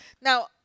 Now